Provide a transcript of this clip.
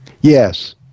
Yes